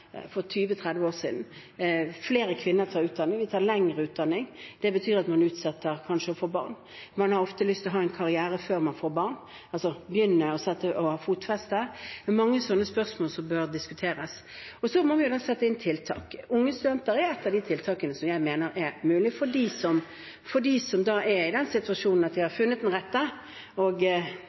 for 20–30 år siden. Flere kvinner tar utdanning, og vi tar lengre utdanning. Det betyr at man kanskje utsetter å få barn. Man har ofte lyst til å ha en karriere før man får barn, begynne å få et fotfeste. Det er mange slike spørsmål som bør diskuteres. Så må vi sette inn tiltak. Tiltak for unge studenter som er i den situasjonen at de har funnet den rette og ønsker å starte familie, mener jeg er én mulighet. Det er